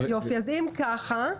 אם כך,